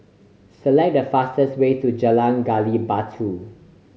select the fastest way to Jalan Gali Batu